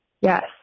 Yes